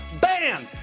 Bam